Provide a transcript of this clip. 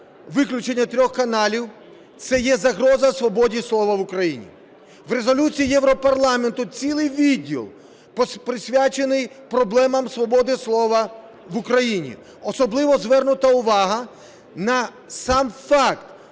виключення трьох каналів - це є загроза свободі слова в Україні. В резолюції Європарламенту цілий відділ присвячений проблемам свободи слова в Україні. Особливо звернута увага на сам факт